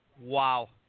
Wow